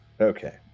Okay